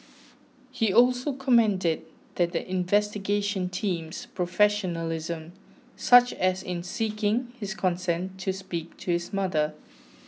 he also commended that the investigation team's professionalism such as in seeking his consent to speak to his mother